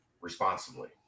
responsibly